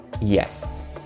Yes